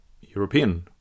European